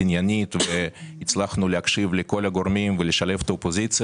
עניינית והצלחנו להקשיב לכל הגורמים ולשלב את האופוזיציה